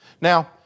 Now